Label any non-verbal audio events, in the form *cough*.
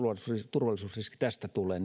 turvallisuusriski tästä tulee *unintelligible*